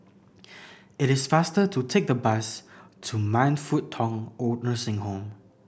it is faster to take the bus to Man Fut Tong OId Nursing Home